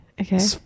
Okay